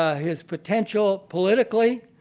ah his potential politically,